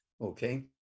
okay